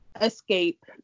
escape